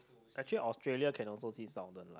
actually Australia can also see southern